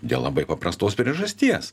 dėl labai paprastos priežasties